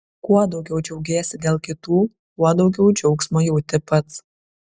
kuo daugiau džiaugiesi dėl kitų tuo daugiau džiaugsmo jauti pats